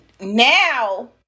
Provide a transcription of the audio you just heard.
now